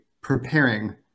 preparing